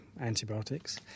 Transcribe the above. antibiotics